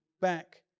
back